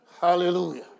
Hallelujah